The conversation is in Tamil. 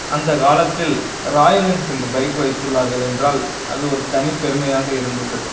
அந்தக் காலத்தில் ராயல் என்ஃபீல்டு பைக் வைத்துள்ளார்கள் என்றால் அது ஒரு தனிப் பெருமையாக இருந்தது